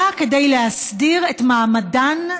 באה להסדיר את מעמדן,